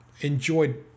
enjoyed